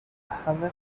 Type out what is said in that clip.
همه